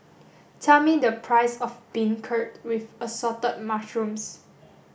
tell me the price of beancurd with assorted mushrooms